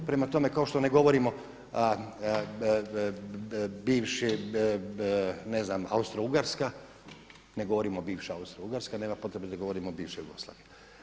Prema tome, kao što ne govorimo bivši ne znam Austro-ugarska, ne govorimo bivša Austro-ugarska nema potrebe da govorimo bivša Jugoslavija.